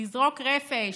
לזרוק רפש,